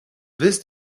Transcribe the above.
this